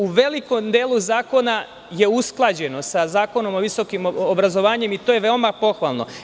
U velikom delu zakona je usklađeno sa Zakonom o visokom obrazovanju i to je veoma pohvalno.